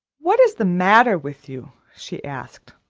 what is the matter with you? she asked.